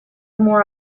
more